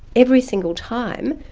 every single time,